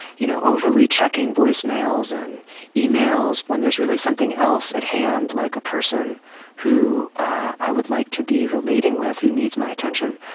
you know, overly checking voice mails and emails when there's really something else at hand like a person who i would like to be relating with who needs my attention,